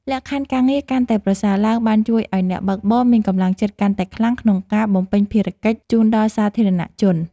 លក្ខខណ្ឌការងារកាន់តែប្រសើរឡើងបានជួយឱ្យអ្នកបើកបរមានកម្លាំងចិត្តកាន់តែខ្លាំងក្នុងការបំពេញភារកិច្ចជូនដល់សាធារណជន។